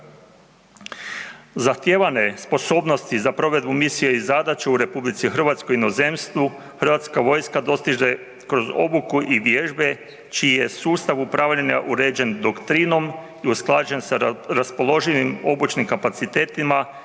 Zahtijevane sposobnosti za provedbu Misija i zadaću u Republici Hrvatskoj i inozemstvu, Hrvatska vojska dostiže kroz obuku i vježbe čiji je sustav upravljanja uređen doktrinom i usklađen sa raspoloživim obučnim kapacitetima